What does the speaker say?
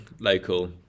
local